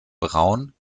braun